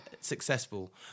successful